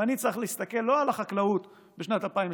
אני לא צריך להסתכל לא על החקלאות בשנת 2021,